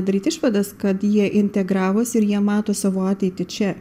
daryt išvadas kad jie integravos ir jie mato savo ateitį čia